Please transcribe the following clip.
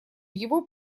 его